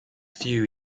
few